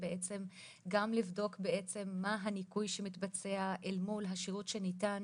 גם לבדוק מה הניכוי שמתבצע אל מול השירות שניתן